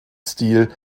stil